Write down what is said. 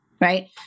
right